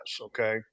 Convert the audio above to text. Okay